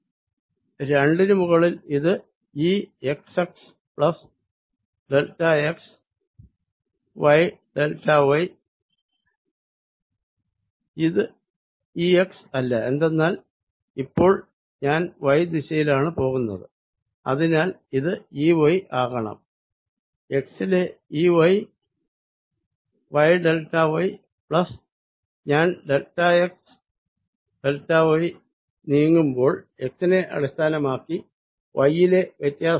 2 നു മുകളിൽ ഇത് E x x plus delta x y delta y ഇത് E x അല്ല എന്തെന്നാൽ ഇപ്പോൾ ഞാൻ y ദിശയിലാണ് പോകുന്നത് അതിനാൽ ഇത് E y ആകണം x ലെ E y y delta y plus ഞാൻ ഡെൽറ്റ x ഡെൽറ്റ y നീങ്ങുമ്പോൾ x നെ അടിസ്ഥാനമാക്കി y യിലെ വ്യത്യാസം